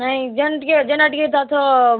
ନାଇ ଯେନ୍ ଟିକେ ଯେନ୍ଟା ଟିକେ ତା ଅର୍ଥ